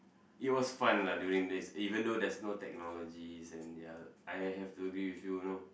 it was fun lah doing this even though there's no technologies and ya I have to agree with you